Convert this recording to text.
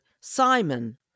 Simon